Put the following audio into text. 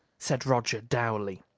said roger dourly.